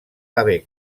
haver